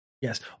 Yes